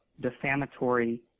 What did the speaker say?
defamatory